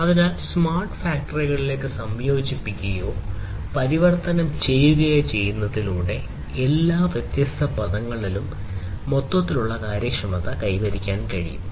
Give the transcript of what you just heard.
അതിനാൽ സ്മാർട്ട് ഫാക്ടറികളിലേക്ക് സംയോജിപ്പിക്കുകയോ പരിവർത്തനം ചെയ്യുകയോ ചെയ്യുന്നതിലൂടെ എല്ലാ വ്യത്യസ്ത പദങ്ങളിലും മൊത്തത്തിലുള്ള കാര്യക്ഷമത കൈവരിക്കാൻ കഴിയും